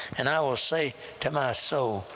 and i will say to my so